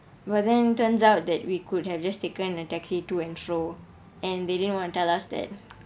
but then turns out that we could have just taken a taxi to and from and they didn't want to tell us that